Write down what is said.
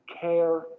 care